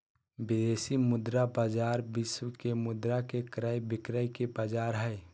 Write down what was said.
विदेशी मुद्रा बाजार विश्व के मुद्रा के क्रय विक्रय के बाजार हय